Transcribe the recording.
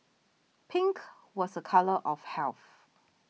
pink was a colour of health